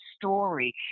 story